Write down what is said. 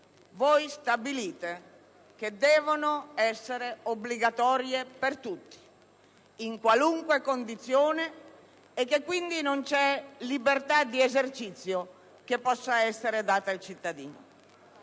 voi stabilite che devono essere obbligatorie per tutti, in qualunque condizione, e che quindi non vi è libertà di esercizio che possa essere data al cittadino.